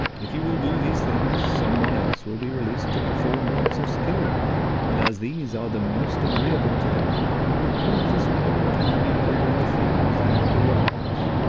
if you will do these things some one else will be released to perform works of skill and as these are the most agreeable to the worker, it would please us more to have you labor in the fields than in the workhouse.